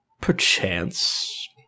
perchance